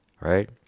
Right